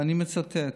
ואני מצטט: